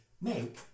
make